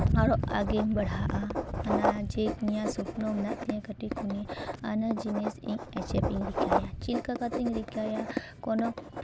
ᱟᱨᱚ ᱟᱜᱮᱧ ᱵᱟᱲᱦᱟᱜᱼᱟ ᱚᱱᱟ ᱡᱤᱠ ᱨᱮᱭᱟᱜ ᱥᱚᱯᱱᱚ ᱢᱮᱱᱟᱜ ᱛᱤᱧᱟᱹ ᱠᱟᱹᱴᱤᱡ ᱠᱷᱚᱱ ᱜᱮ ᱟᱨ ᱤᱱᱟᱹ ᱡᱤᱱᱤᱥ ᱤᱧ ᱮᱪᱤᱵᱽ ᱤᱧ ᱨᱤᱠᱟᱹᱭᱟ ᱤᱧ ᱪᱮᱫ ᱞᱮᱠᱟ ᱠᱟᱛᱮᱧ ᱨᱤᱠᱟᱹᱭᱟ ᱠᱳᱱᱳ